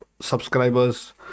subscribers